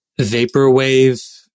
vaporwave